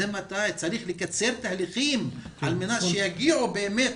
צריך לקצר תהליכים על מנת שבאמת יגיעו.